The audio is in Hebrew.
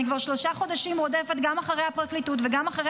אני כבר שלושה חודשים רודפת גם אחרי הפרקליטות וגם אחרי